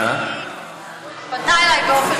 היא פנתה אלי באופן